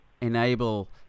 enable